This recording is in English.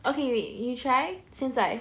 okay wait you try 现在